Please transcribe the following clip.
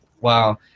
Wow